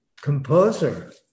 composer